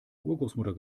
urgroßmutter